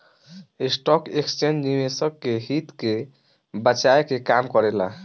stock exchange निवेशक के हित के बचाये के काम करेला